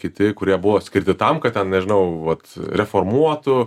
kiti kurie buvo skirti tam kad ten nežinau vat reformuotų